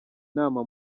nama